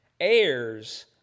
heirs